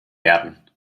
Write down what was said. werden